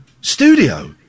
studio